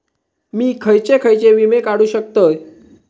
मी खयचे खयचे विमे काढू शकतय?